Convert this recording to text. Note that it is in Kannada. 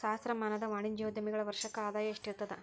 ಸಹಸ್ರಮಾನದ ವಾಣಿಜ್ಯೋದ್ಯಮಿಗಳ ವರ್ಷಕ್ಕ ಆದಾಯ ಎಷ್ಟಿರತದ